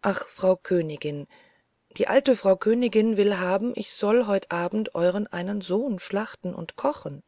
ach frau königin die alte frau königin will haben ich soll heut abend euren einen sohn schlachten und kochen